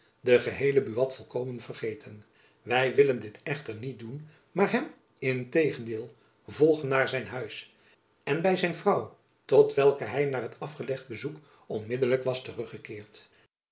den geheelen buat volkomen vergeten wy willen dit echter niet doen maar hem integenjacob van lennep elizabeth musch deel volgen naar zijn huis en by zijn vrouw tot welke hy na het afgelegd bezoek onmiddelijk was teruggekeerd